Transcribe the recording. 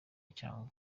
cyangugu